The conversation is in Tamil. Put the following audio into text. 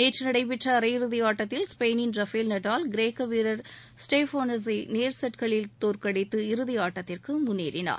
நேற்று நடைபெற்ற அரையிறதி ஆட்டத்தில் ஸ்பெயினின் ரபேல் நடால் கிரோக்க வீரர் ஸ்டேபோனசை நேர் செட்களில் தோற்கடித்து இறுதி ஆட்டத்திற்கு முன்னேறினார்